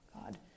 God